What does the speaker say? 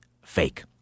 fake